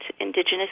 indigenous